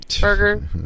burger